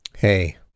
Hey